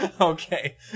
Okay